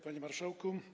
Panie Marszałku!